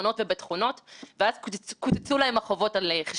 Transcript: בעקבות העבודה באמת חסרת התקדים במקצועיותה של